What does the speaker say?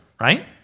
right